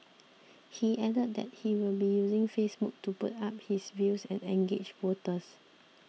he added that he will be using Facebook to put up his views and engage voters